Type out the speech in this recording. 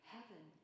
Heaven